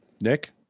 nick